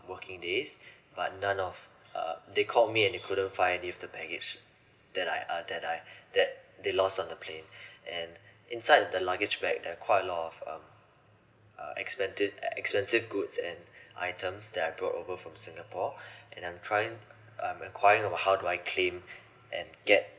working days but none of uh they called me and they couldn't find if the baggage that I uh that I that they lost on the plane and inside the luggage bag there're quite a lot of um uh expensive goods and items that I brought over from singapore and I'm trying um enquiring on how do I claim and get